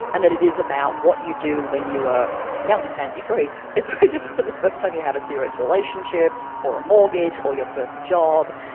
and that it is about what you do when you were young and fancy-free is very different from the first time you have a serious relationship or a mortgage or your first job.